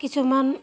কিছুমান